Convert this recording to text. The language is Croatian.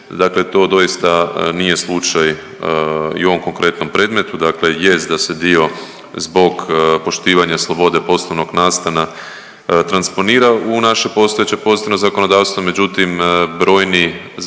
Dakle, to doista nije slučaj i u ovom konkretnom predmetu. Dakle, da se dio zbog poštivanja slobode poslovnog nastana transponira u naše postojeće pozitivno zakonodavstvo, međutim brojni